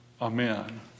Amen